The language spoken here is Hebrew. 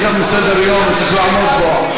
יש לנו סדר-יום וצריך לעמוד בו,